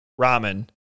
ramen